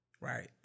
Right